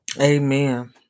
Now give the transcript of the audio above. Amen